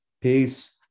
Peace